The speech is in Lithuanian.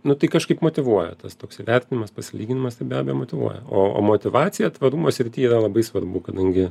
nu tai kažkaip motyvuoja tas toks įvertinimas pasilygindamas tai be abejo motyvuoja o o motyvacija tvarumo srity yra labai svarbu kadangi